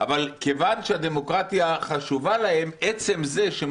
אבל כיוון שהדמוקרטיה חשובה להם עצם זה שהם